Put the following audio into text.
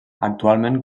actualment